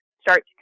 start